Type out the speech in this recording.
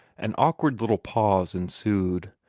an awkward little pause ensued.